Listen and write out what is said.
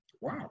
Wow